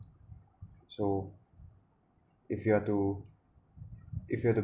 so if you are to if you are to